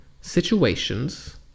situations